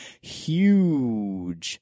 huge